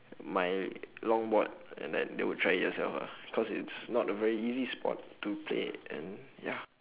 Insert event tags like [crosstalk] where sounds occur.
my [noise] longboard and like they will try it themselves ah cause it's not an easy sport to play and ya